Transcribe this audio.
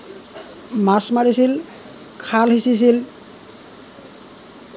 মাছ মাৰিছিল খাল সিঁচিছিল